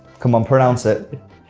come on, pronounce it!